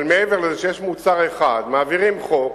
אבל מעבר לזה, כשיש מוצר אחד, מעבירים חוק.